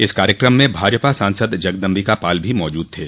इस कार्यक्रम में भाजपा सांसद जगदम्बिका पाल भी मौजूद थे